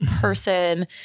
person